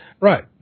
Right